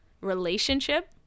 relationship